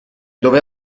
dove